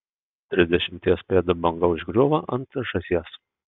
trisdešimties pėdų banga užgriūva ant žąsies